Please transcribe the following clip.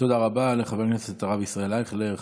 תודה רבה לחבר הכנסת הרב ישראל אייכלר.